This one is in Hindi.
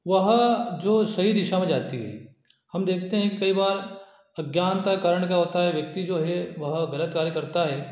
वह जो सही दिशा में जाती है हम देखते हैं कि कई बार अज्ञानता के कारण क्या होता है व्यक्ति जो है वह गलत कार्य करता है